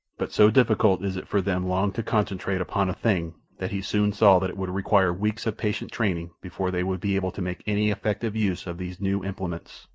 but so difficult is it for them long to concentrate upon a thing that he soon saw that it would require weeks of patient training before they would be able to make any effective use of these new implements,